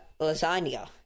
lasagna